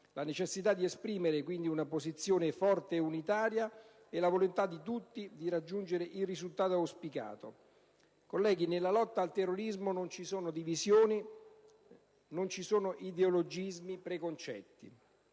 la necessità di esprimere una posizione forte e unitaria e la volontà di tutti di raggiungere il risultato auspicato. Colleghi, nella lotta al terrorismo non ci sono divisioni, non ci sono ideologismi preconcetti.